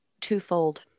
twofold